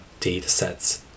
datasets